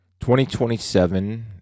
2027